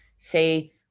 say